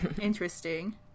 Interesting